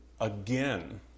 again